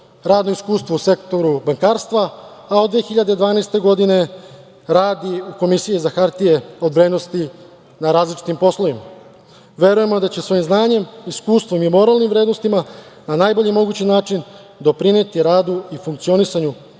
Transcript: radno iskustvo u sektoru bankarstva, a od 2012. godine radi u Komisiji za hartije od vrednosti na različitim poslovima. Verujemo da će svojim znanjem, iskustvom i moralnim vrednostima na najbolji mogući način doprineti radu i funkcionisanju